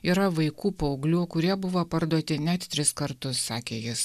yra vaikų paauglių kurie buvo parduoti net tris kartus sakė jis